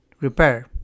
repair